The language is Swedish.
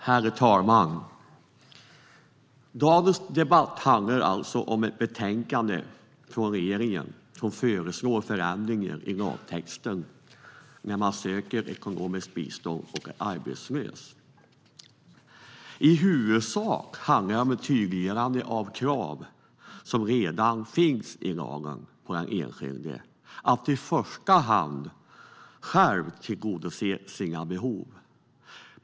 Herr talman! Dagens debatt handlar om ett betänkande, med anledning av regeringens proposition, där det föreslås förändringar i lagtexten när det gäller arbetslösa personer som söker ekonomiskt bistånd. I huvudsak handlar det om ett tydliggörande av krav på den enskilde som redan finns i lagen att i första hand själv tillgodose sina behov.